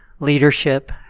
leadership